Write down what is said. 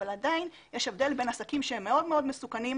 אבל עדיין יש הבדל בין עסקים שהם מאוד מאוד מסוכנים,